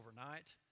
overnight